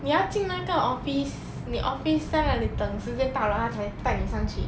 你要进那个 office 你 office 大概你等时间到了他才带你上去